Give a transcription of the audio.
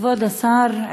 כבוד השר,